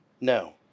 No